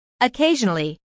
Occasionally